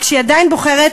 ועדיין בוחרת,